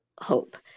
hope